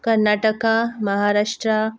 Karnataka Maharashtra